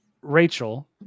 Rachel